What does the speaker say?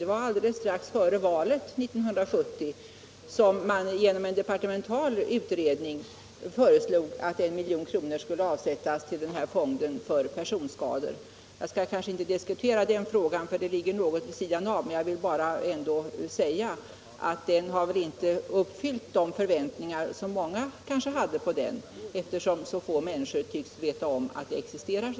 Det var strax före valet det året som man i en departemental utredning föreslog att 1 milj.kr. skulle avsättas till fonden för personskador. Jag skall inte närmare diskutera den frågan nu, eftersom den ligger litet på sidan om, men jag vill ändå säga att den fonden lär inte ha uppfyllt de förväntningar som många människor ställde på den, eftersom så få fick vetskap om att den möjligheten existerade.